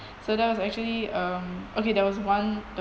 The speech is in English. so that was actually um okay there was one